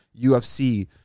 UFC